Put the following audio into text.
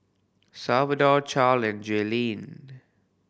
Salvador Charle and Jaelynn